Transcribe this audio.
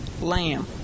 lamb